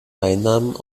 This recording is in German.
einnahmen